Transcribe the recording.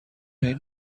این